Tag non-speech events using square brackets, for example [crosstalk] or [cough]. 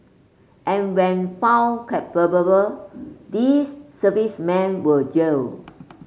and when found [unintelligible] these servicemen were jailed